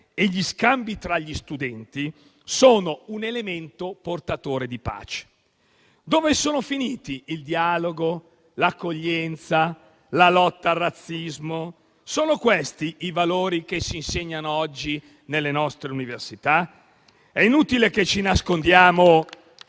e gli scambi tra gli studenti sono un elemento portatore di pace. Dove sono finiti il dialogo, l'accoglienza e la lotta al razzismo? Sono questi i valori che si insegnano oggi nelle nostre università? È inutile che ce lo nascondiamo: